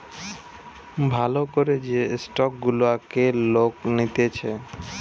ভাল করে যে স্টক গুলাকে লোক নিতেছে